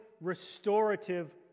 restorative